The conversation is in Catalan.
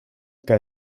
que